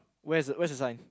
where's the where's the sign